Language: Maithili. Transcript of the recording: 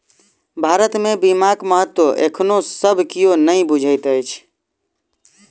भारत मे बीमाक महत्व एखनो सब कियो नै बुझैत अछि